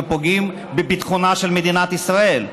ופוגעים בביטחונה של מדינת ישראל.